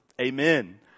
Amen